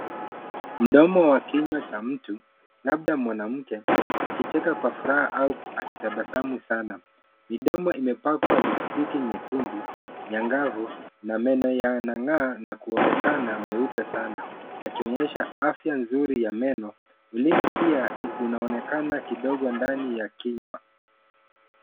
Mdomo wa kinywa cha mtu, labda mwanamke, akicheka kwa furaha au akitabasamu sana. Mdomo imepakwa lipstiki nyekundu, nyangavu, na meno yanang'sa na kuonekana meupe sana. yakionyesha afya nzuri ya meno, ulimi pia unaonekana kidogo ndani ya kinywa.